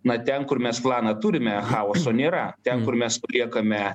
na ten kur mes planą turime chaoso nėra ten kur mes paliekame